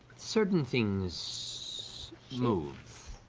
certain things move.